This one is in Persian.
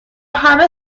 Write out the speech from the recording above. همه